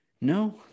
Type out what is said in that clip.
No